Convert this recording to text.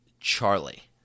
Charlie